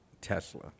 Tesla